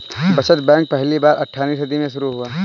बचत बैंक पहली बार अट्ठारहवीं सदी में शुरू हुआ